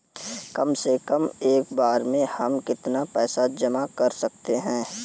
कम से कम एक बार में हम कितना पैसा जमा कर सकते हैं?